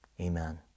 amen